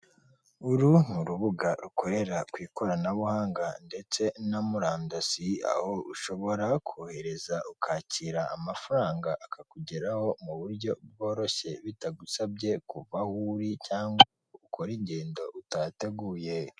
Uru nk'urubuga rukorera ku ikoranabuhanga, ndetse na murandasi, aho ushobora kohereza ukakira amafaranga akakugeraho mu buryo bworoshye, bitagusabye kuva aho uri ukora ingendo utateguye.